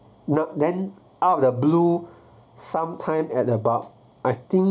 no then out of the blue some time at about I think